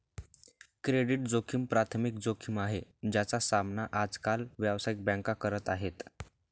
credit जोखिम प्राथमिक जोखिम आहे, ज्याचा सामना आज काल व्यावसायिक बँका करत आहेत